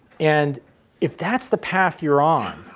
and if that's the path you're on,